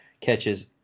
catches